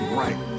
right